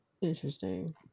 Interesting